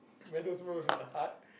values most with the heart